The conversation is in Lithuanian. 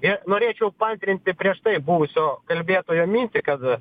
ir norėčiau paantrinti prieš tai buvusio kalbėtojo mintį kad